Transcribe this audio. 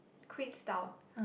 Queenstown